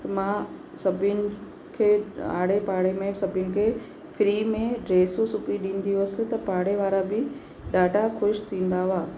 त मां सभिनि खे आड़े पाड़े में सभिनि खे फ्री में ड्रेसूं सिबी ॾींदी हुअसि त पाड़े वारा बि ॾाढा ख़ुशि थींदा हुआ